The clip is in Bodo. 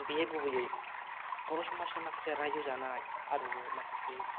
बियो गुबैयै बर' समाजनि माखासे रायजो जानाय आरो माखासे